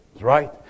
Right